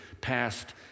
past